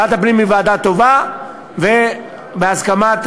ועדת הפנים היא ועדה טובה,